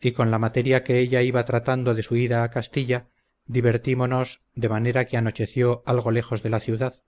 y con la materia que ella iba tratando de su ida a castilla divertimonos de manera que anocheció algo lejos de la ciudad